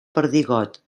perdigot